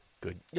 Good